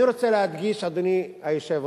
אני רוצה להדגיש, אדוני היושב-ראש,